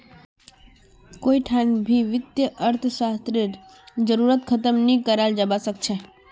कोई ठान भी वित्तीय अर्थशास्त्ररेर जरूरतक ख़तम नी कराल जवा सक छे